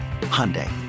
Hyundai